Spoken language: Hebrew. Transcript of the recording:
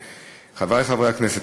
חברי חברי הכנסת,